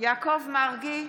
יעקב מרגי,